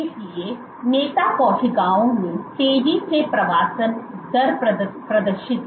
इसलिए नेता कोशिकाओं ने तेजी से प्रवासन दर प्रदर्शित की